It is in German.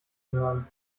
hören